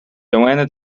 johanna